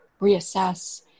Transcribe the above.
reassess